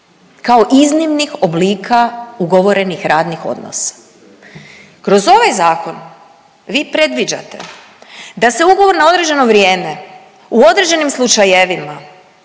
kao iznimnih oblika ugovorenih radnih odnosa. Kroz ovaj Zakon vi predviđate da se ugovor na određeno vrijeme u određenim slučajevima